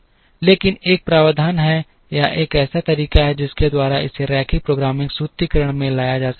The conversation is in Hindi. लेकिन एक प्रावधान है या एक ऐसा तरीका है जिसके द्वारा इसे रैखिक प्रोग्रामिंग सूत्रीकरण में लाया जा सकता है